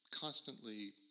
constantly